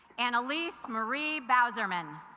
annalise marie bowser minh